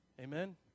Amen